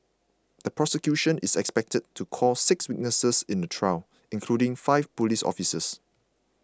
the prosecution is expected to call six witnesses in the trial including five police officers